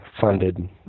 funded